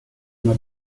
uma